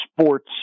sports